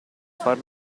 far